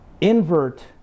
invert